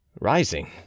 rising